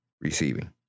receiving